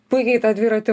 puikiai tą dviratį